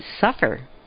suffer